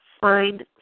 Find